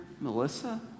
Melissa